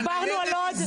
דיברנו על לוד.